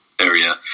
area